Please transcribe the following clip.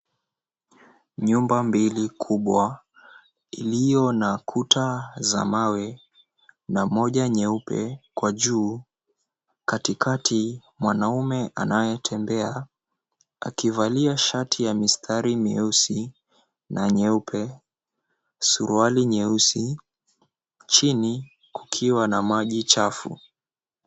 Nyumba mbili kubwa iliyo na kuta za mawe na moja nyeupe kwa juu katikati mwanaume anayetembea akivalia shati ya mistari mieusi na nyeupe. Suruali nyeusi chini kukiwa na maji chafu.